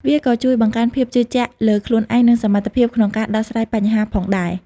វាក៏ជួយបង្កើនភាពជឿជាក់លើខ្លួនឯងនិងសមត្ថភាពក្នុងការដោះស្រាយបញ្ហាផងដែរ។